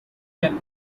can